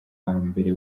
hambere